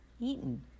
eaten